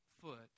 foot